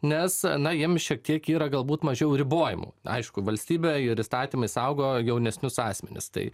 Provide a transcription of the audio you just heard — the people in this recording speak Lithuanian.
nes na jiem šiek tiek yra galbūt mažiau ribojimų aišku valstybė ir įstatymai saugo jaunesnius asmenis tai